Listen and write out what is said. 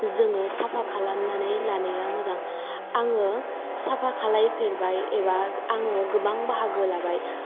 जोङो साफा खालामनानै लानाया मोजां आङो साफा खालाय फेरबाय एबा आङो गोबां बाहागो लाबाय